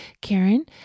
Karen